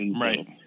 Right